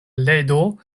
ledo